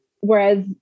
Whereas